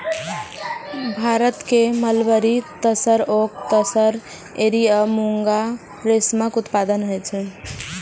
भारत मे मलबरी, तसर, ओक तसर, एरी आ मूंगा रेशमक उत्पादन होइ छै